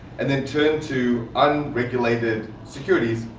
and then turned to unregulated securities,